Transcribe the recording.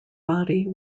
body